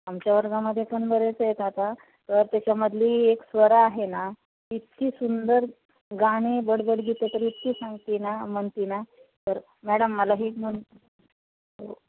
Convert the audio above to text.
आमच्या वर्गामध्ये पण बरेच आहेत आता तर त्याच्यामधली एक स्वरा आहे ना इतकी सुंदर गाणे बडबड गीते तर इतकी सांगते ना म्हणती ना तर मॅडम मला ह म्हण हो